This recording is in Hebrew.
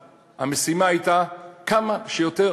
המשימה הייתה לצמצם כמה שיותר,